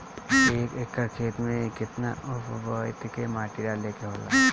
एक एकड़ खेत में के केतना उर्वरक बोअत के माटी डाले के होला?